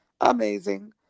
amazing